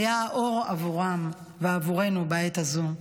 היה אור עבורם ועבורנו בעת הזו.